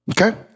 Okay